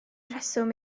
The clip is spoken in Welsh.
rheswm